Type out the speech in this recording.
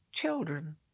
children